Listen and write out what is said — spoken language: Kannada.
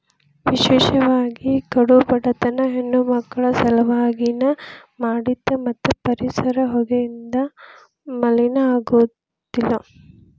ವಿಶೇಷವಾಗಿ ಕಡು ಬಡತನದ ಹೆಣ್ಣಮಕ್ಕಳ ಸಲವಾಗಿ ನ ಮಾಡಿದ್ದ ಮತ್ತ ಪರಿಸರ ಹೊಗೆಯಿಂದ ಮಲಿನ ಆಗುದಿಲ್ಲ